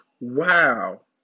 Wow